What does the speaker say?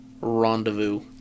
rendezvous